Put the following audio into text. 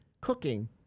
cooking